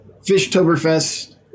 Fishtoberfest